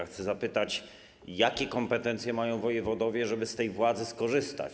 Chcę zapytać, jakie kompetencje mają wojewodowie, żeby z tej władzy skorzystać.